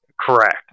Correct